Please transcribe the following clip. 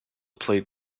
played